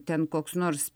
ten koks nors